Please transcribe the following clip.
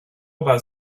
about